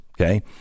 Okay